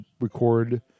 record